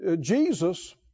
Jesus